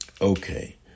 Okay